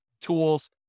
tools